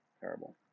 Terrible